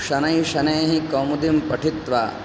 शनैः शनैः कौमुदीं पठित्वा